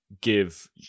give